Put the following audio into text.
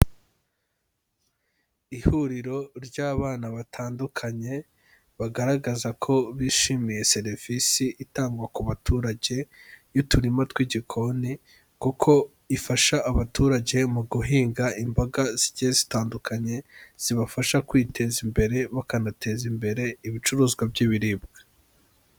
Ihuriro ry'abana batandukanye bagaragaza ko bishimiye serivisi itangwa ku baturage y'uturima tw'igikoni, kuko ifasha abaturage mu guhinga imboga zigiye zitandukanye, zibafasha kwiteza imbere bakanateza imbere ibicuruzwa by'ibiribwa.